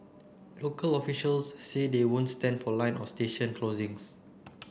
local officials say they won't stand for line or station closings